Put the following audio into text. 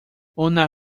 una